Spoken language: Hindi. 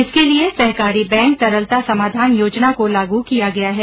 इसके लिए सहकारी बैंक तरलता समाधान योजना को लागू किया गया है